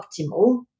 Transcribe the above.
optimal